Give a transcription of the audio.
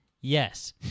yes